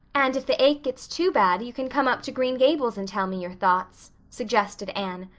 and if the ache gets too bad you can come up to green gables and tell me your thoughts, suggested anne,